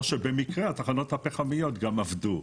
או שבמקרה התחנות הפחמיות גם עבדו,